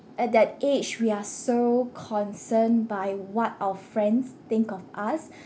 at that age we are so concerned by what our friends think of us